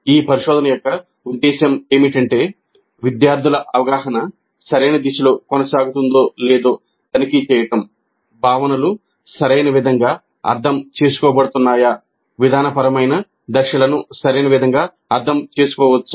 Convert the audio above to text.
ఈ పరిశోధన యొక్క ఉద్దేశ్యం ఏమిటంటే విద్యార్థుల అవగాహన సరైన దిశల్లో కొనసాగుతుందో లేదో తనిఖీ చేయడం భావనలు సరైన విధంగా అర్థం చేసుకోబడుతున్నాయా విధానపరమైన దశలను సరైన విధంగా అర్థం చేసుకోవచ్చా